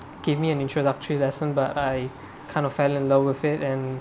give me an introductory lesson but I kind of fell in love with it and